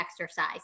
exercise